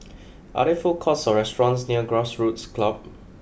are there food courts or restaurants near Grassroots Club